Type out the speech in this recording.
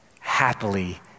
happily